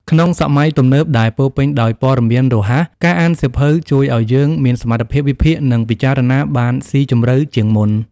ក្នុងសម័យទំនើបដែលពោរពេញដោយព័ត៌មានរហ័ស ការអានសៀវភៅជួយឱ្យយើងមានសមត្ថភាពវិភាគ និងពិចារណាបានស៊ីជម្រៅជាងមុន។